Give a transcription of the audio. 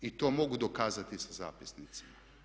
I to mogu dokazati sa zapisnicima.